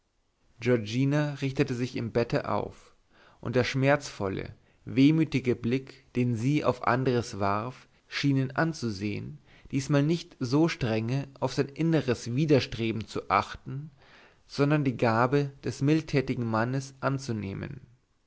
giorgina richtete sich im bette auf und der schmerzvolle wehmütige blick den sie auf andres warf schien ihn anzusehen diesmal nicht so strenge auf sein inneres widerstreben zu achten sondern die gabe des mildtätigen mannes anzunehmen